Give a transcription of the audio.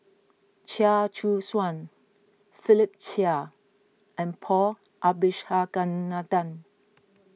Chia Choo Suan Philip Chia and Paul Abisheganaden